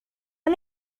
han